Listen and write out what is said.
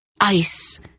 Ice